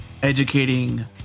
Educating